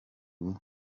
ubu